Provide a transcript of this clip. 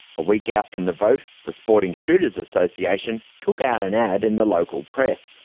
a week out from the vote, the sporting shooters association took out an ad in the local press,